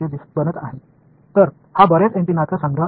எனவே இது பல ஆண்டெனாக்களின் தொகுப்பு